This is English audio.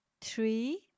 three